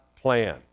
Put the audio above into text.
plan